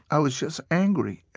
i was just angry,